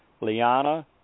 Liana